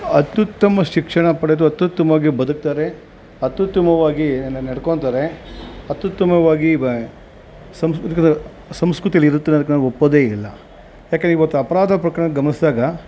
ಅತ್ಯುತ್ತಮ ಶಿಕ್ಷಣ ಪಡೆದು ಅತ್ಯುತ್ತಮವಾಗಿ ಬದುಕ್ತಾರೆ ಅತ್ಯುತ್ತಮವಾಗಿ ನಡ್ಕೊಂತಾರೆ ಅತ್ಯುತ್ತಮವಾಗಿ ಬ ಸಾಂಸ್ಕೃತಿಕದ ಸಂಸ್ಕೃತಿಯಲ್ಲಿ ಇರುತ್ತದೆ ಅದ್ಕೆ ನಾನು ಒಪ್ಪೋದೇ ಇಲ್ಲ ಯಾಕಂದ್ರೆ ಇವತ್ತು ಅಪರಾಧ ಪ್ರಕರಣ ಗಮನಿಸ್ದಾಗ